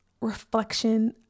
reflection